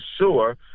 sure